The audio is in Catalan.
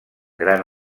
gran